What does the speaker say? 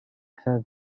have